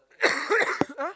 !huh!